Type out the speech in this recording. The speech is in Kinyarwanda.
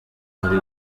ari